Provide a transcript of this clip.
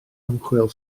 ymchwil